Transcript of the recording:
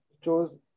chose